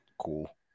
Cool